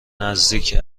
نزدیک